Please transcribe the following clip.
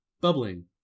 Bubbling